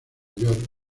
york